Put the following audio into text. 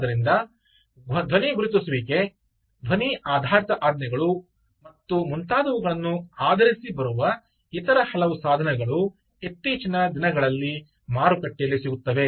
ಆದ್ದರಿಂದ ಧ್ವನಿ ಗುರುತಿಸುವಿಕೆ ಧ್ವನಿ ಆಧಾರಿತ ಆಜ್ಞೆಗಳು ಮತ್ತು ಮುಂತಾದವುಗಳನ್ನು ಆಧರಿಸಿ ಬರುವ ಇತರ ಹಲವು ಸಾಧನಗಳು ಇತ್ತೀಚಿನ ದಿನಗಳಲ್ಲಿ ಮಾರುಕಟ್ಟೆಯಲ್ಲಿ ಸಿಗುತ್ತವೆ